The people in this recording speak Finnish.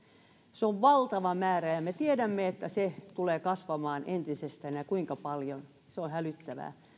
se on valtava määrä ja me tiedämme että se tulee kasvamaan entisestään ja kuinka paljon se on hälyttävää